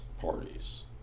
parties